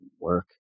work